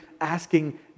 asking